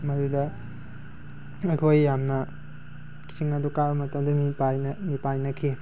ꯃꯗꯨꯗ ꯑꯩꯈꯣꯏ ꯌꯥꯝꯅ ꯆꯤꯡ ꯑꯗꯨ ꯀꯥꯕ ꯃꯇꯝꯗ ꯃꯤꯄꯥꯏꯅ ꯃꯤꯄꯥꯏꯅꯈꯤ